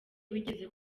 wigeze